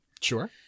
Sure